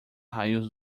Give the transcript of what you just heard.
raios